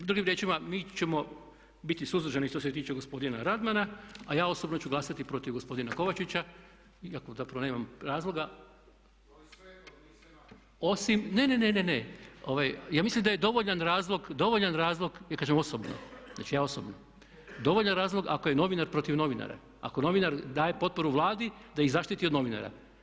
Drugim riječima mi ćemo biti suzdržani što se tiče gospodina Radmana, a ja osobno ću glasati protiv gospodina Kovačića iako zapravo nemam razloga osim … [[Upadica se ne razumije.]] Ne, ne ja mislim da je dovoljan razlog, ja kažem osobno, znači ja osobno, dovoljan razlog ako je novinar protiv novinara, ako novinar daje potporu Vladi da ih zaštiti od novinara.